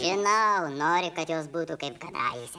žinau nori kad jos būtų kaip kadaise